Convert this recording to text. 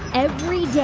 every day,